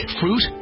fruit